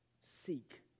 seek